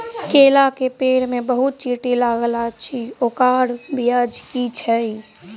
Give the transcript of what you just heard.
केला केँ पेड़ मे बहुत चींटी लागल अछि, ओकर बजय की छै?